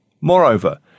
Moreover